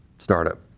startup